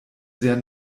sehr